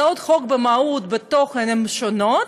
הצעות החוק במהות, בתוכן, הן שונות,